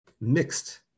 mixed